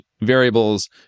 variables